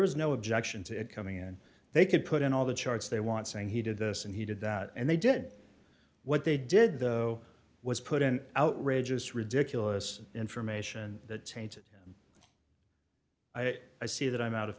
was no objection to it coming in they could put in all the charts they want saying he did this and he did that and they did what they did though was put in outrageous ridiculous information that changed it i see that i'm out of